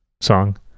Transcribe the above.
song